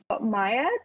Maya